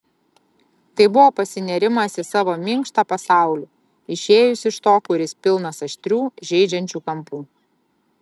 tai buvo pasinėrimas į savo minkštą pasaulį išėjus iš to kuris pilnas aštrių žeidžiančių kampų